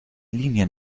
linien